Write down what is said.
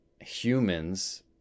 humans